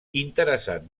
interessat